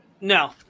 No